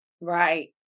Right